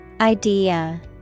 Idea